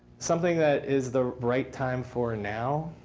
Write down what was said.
something that is the right time for now?